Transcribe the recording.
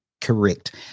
Correct